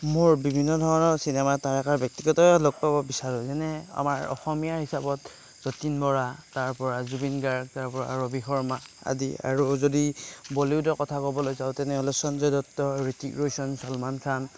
মোৰ বিভিন্ন ধৰণৰ চিনেমাৰ তাৰকা ব্যক্তিগত লগ পাব বিচাৰোঁ যেনে আমাৰ অসমীয়া হিচাপত যতীন বৰা তাৰপৰা জুবিন গাৰ্গ তাৰপৰা ৰবি শৰ্মা আদি আৰু যদি বলিউডৰ কথা ক'বলৈ যাওঁ তেনেহ'লে সঞ্জয় দত্ত ঋত্বিক ৰোছন চলমান খান